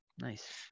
nice